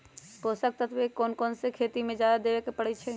पोषक तत्व क कौन कौन खेती म जादा देवे क परईछी?